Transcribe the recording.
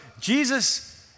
Jesus